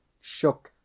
shook